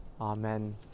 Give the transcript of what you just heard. Amen